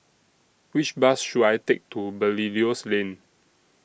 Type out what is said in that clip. Which Bus should I Take to Belilios Lane